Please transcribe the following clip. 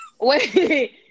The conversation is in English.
Wait